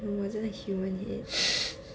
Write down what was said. no it wasn't a human head